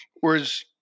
whereas